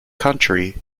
country